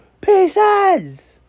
pieces